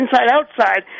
inside-outside